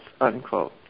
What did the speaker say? unquote